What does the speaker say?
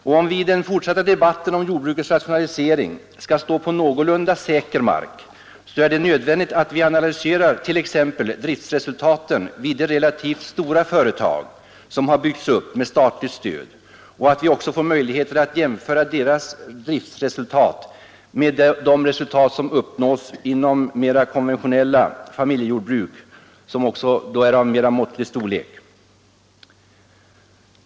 Om vi i den fortsatta debatten om jordbrukets rationalisering skall stå på någorlunda säker mark, så är det nödvändigt att vi analyserar t.ex. driftresultaten vid de relativt stora företag som har byggts upp med statligt stöd och att vi även får möjligheter att jämföra deras driftresultat med de resultat som uppnås vid konventionella familjejordbruk av mera måttlig storlek.